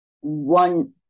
one